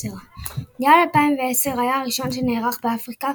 מונדיאל 2010 היה הראשון שנערך באפריקה,